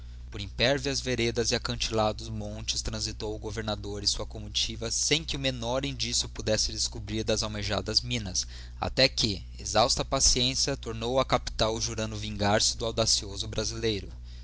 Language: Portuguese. por impervias veredas e alcantilados montes transitou o governador e a sua comitiva sem que o menor indicio pudesse descobrir das almejadas minas até que exhausta a paciência tornou á capital jurando vingar-se do audacioso brasileiro